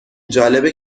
جالبه